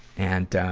and, ah,